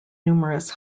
numerous